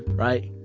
right?